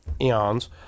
eons